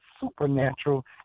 supernatural